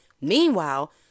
Meanwhile